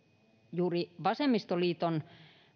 juuri vasemmistoliiton